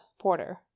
porter